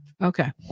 Okay